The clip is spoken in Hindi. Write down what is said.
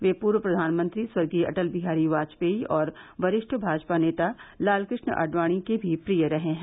वह पूर्व प्रधानमंत्री स्वर्गीय अटल बिहारी बाजपेयी और वरिष्ठ भाजपा नेता लालकृष्ण आडवाणी के भी प्रिय रहे हैं